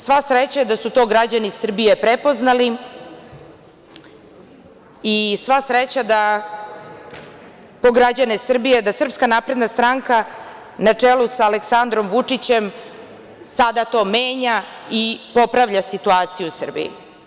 Sva sreća je da su to građani Srbije prepoznali i sva sreća po građane Srbije da SNS, na čelu sa Aleksandrom Vučićem, sada to menja i popravlja situaciju u Srbiji.